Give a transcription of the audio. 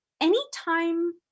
anytime